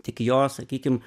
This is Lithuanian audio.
tik jo sakykim